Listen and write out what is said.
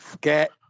get